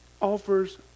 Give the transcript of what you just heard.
offers